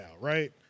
right